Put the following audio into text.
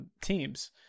teams